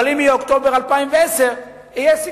אבל אם יהיה אוקטובר 2010, יש סיכוי.